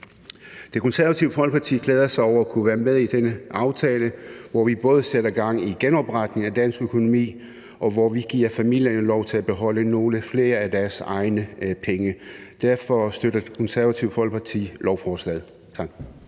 Det Konservative Folkeparti glæder sig over at kunne være med i denne aftale, hvor vi både sætter gang i genopretningen af dansk økonomi, og hvor vi giver familierne lov til at beholde nogle flere af deres egne penge. Derfor støtter Det Konservative Folkeparti lovforslaget.